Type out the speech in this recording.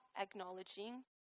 acknowledging